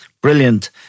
brilliant